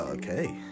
Okay